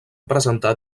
presentar